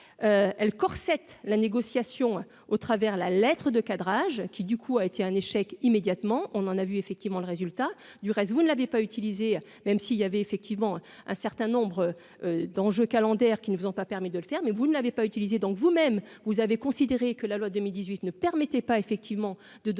elle corps cette la négociation au travers la lettre de cadrage qui du coup a été un échec, immédiatement, on en a vu effectivement le résultat du reste, vous ne l'avez pas utilisé, même si il y avait effectivement un certain nombre d'enjeux calendaire qui ne vous ont pas permis de le faire, mais vous ne l'avez pas utilisé, donc vous-même vous avez considéré que la loi de 1018 ne permettait pas effectivement de donner